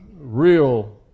real